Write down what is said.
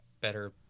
better